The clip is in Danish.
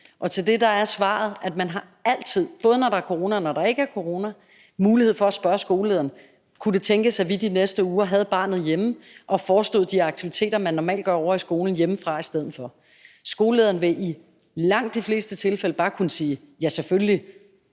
Til det er svaret, at man altid – både når der er corona, og når der ikke er corona – har mulighed for at spørge skolelederen: Kunne det tænkes, at vi de næste uger havde barnet hjemme og forestod de aktiviteter, man normalt gør i skolen, hjemmefra i stedet for? Skolelederen vil i langt de fleste tilfælde, både under normale